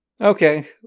Okay